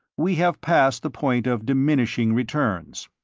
we have passed the point of diminishing returns.